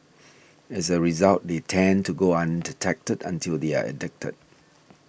as a result they tend to go undetected until they are addicted